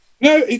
No